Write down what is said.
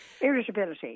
Irritability